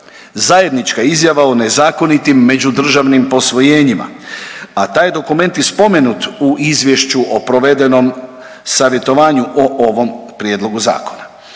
Zajednička izjava o nezakonitim međudržavnim posvojenjima, a taj dokument je spomenut u izvješću o provedenom savjetovanju o ovom Prijedlogu zakona.